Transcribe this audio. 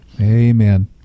Amen